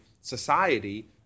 society